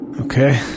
Okay